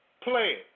play